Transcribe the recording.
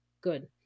good